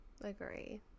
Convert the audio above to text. Agree